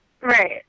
Right